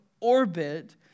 orbit